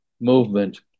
movement